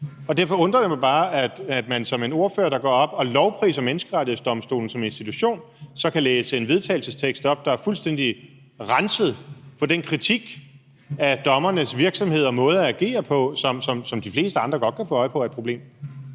Og derfor undrer det mig bare, at man som en ordfører, der går op og lovpriser Menneskerettighedsdomstolen som institution, så kan man læse en vedtagelsestekst op, der er fuldstændig renset for den kritik af dommernes virksomhed og måde at agere på, som de fleste andre godt kan få øje på er et problem.